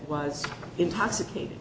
was intoxicated